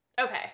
Okay